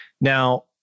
Now